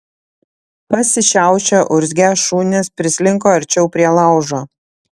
pasišiaušę urzgią šunys prislinko arčiau prie laužo